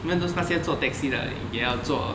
even those 那些做 taxi 的也要做